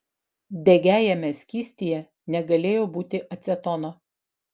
degiajame skystyje negalėjo būti acetono